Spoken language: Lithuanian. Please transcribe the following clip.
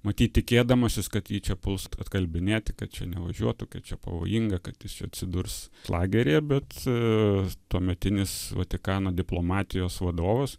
matyt tikėdamasis kad jį čia puls atkalbinėti kad čia nevažiuotų čia pavojinga kad jis čia atsidurs lageryje bet tuometinis vatikano diplomatijos vadovas